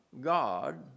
God